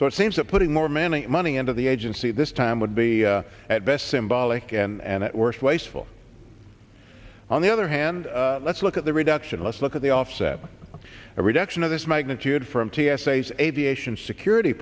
so it seems that putting more manic money into the agency this time would be at best symbolic and at worst wasteful on the other hand let's look at the reduction let's look at the offset by a reduction of this magnitude from t s a says aviation security